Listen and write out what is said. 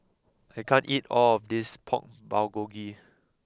I can't eat all of this Pork Bulgogi